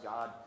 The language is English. God